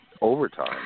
overtime